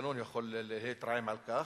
דנון יכול להתרעם על כך,